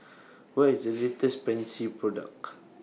What IS The latest Pansy Product